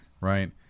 right